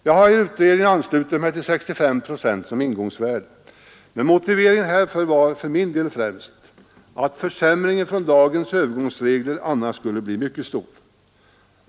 Jag har i utredningen anslutit mig till 65 procent som ingångsvärde, men motiveringen härför var för min del främst att försämringen i jämförelse med dagens övergångsregler annars skulle bli mycket stor.